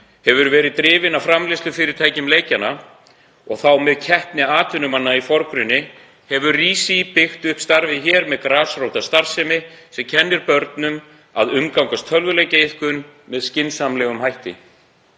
hefur verið drifin af framleiðslufyrirtækjum leikjanna og þá með keppni atvinnumanna í forgrunni, hefur RÍSÍ byggt upp starfið hér með grasrótarstarfsemi sem kennir börnunum að umgangast tölvuleikjaiðkun með skynsamlegum hætti.